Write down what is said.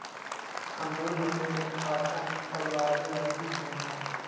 हमरो लेन देन खाता हीं खोलबाबे लागी हई है